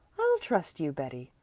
i'll trust you, betty.